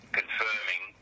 confirming